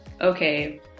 okay